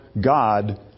God